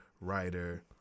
writer